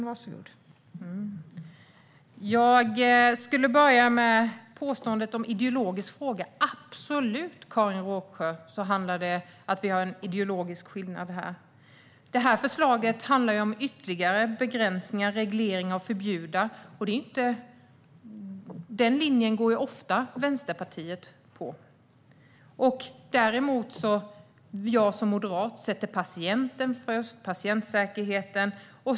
Fru talman! Jag skulle vilja börja med påståendet att detta är en ideologisk fråga. Absolut har vi en ideologisk skillnad här. Det här förslaget handlar ju om ytterligare begränsningar, regleringar och förbud. Den linjen går Vänsterpartiet ofta på. Jag som moderat, däremot, sätter patienten och patientsäkerheten först.